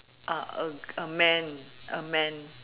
ah a man a man